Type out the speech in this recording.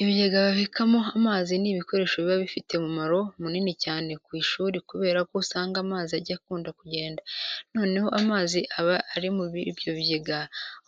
Ibigega babikamo amazi ni ibikoresho biba bifite umumaro munini cyane ku ishuri kubera ko usanga amazi ajya akunda kugenda, noneho amazi aba ari muri ibyo bigega